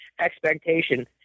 Expectation